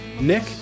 Nick